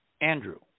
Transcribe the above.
Andrew